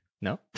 No